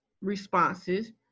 responses